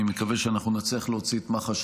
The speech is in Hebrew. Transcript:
אני מקווה שאנחנו נצליח להוציא את מח"ש